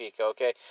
okay